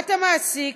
חובת המעסיק,